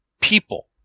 people